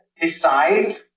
decide